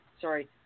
sorry